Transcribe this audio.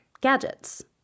gadgets